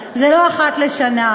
חבר הכנסת ברוורמן,